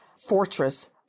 fortress